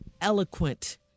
eloquent